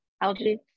algae